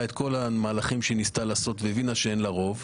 את כל המהלכים שניסתה לעשות והבינה שאין לה רוב.